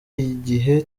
igihe